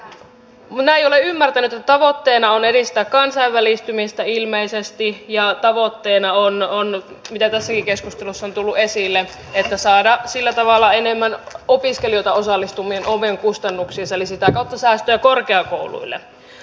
mutta nämä eivät ole ymmärtäneet että tavoitteena on edistää kansainvälistymistä ilmeisesti ja tavoitteena on niin kuin tässäkin keskustelussa on tullut esille saada sillä tavalla enemmän opiskelijoita osallistumaan omiin kustannuksiinsa eli sitä kautta säästöjä korkeakouluille